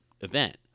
event